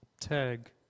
tag